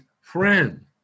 friend